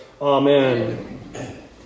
Amen